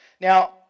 Now